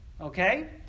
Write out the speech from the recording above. okay